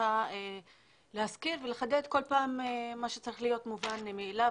רוצה להזכיר ולחדד כל פעם מה שצריך להיות מובן מאליו.